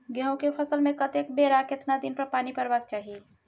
गेहूं के फसल मे कतेक बेर आ केतना दिन पर पानी परबाक चाही?